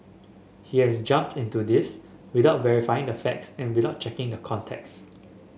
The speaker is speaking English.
he has jumped into this without verifying the facts and without checking the context